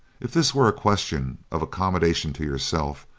if this were a question of accommodation to yourself,